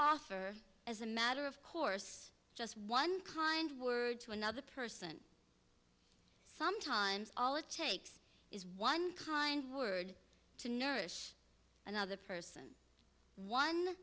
offer as a matter of course just one kind word to another person sometimes all it takes is one kind word to nourish another person one